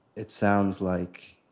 it sounds like